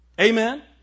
Amen